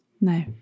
No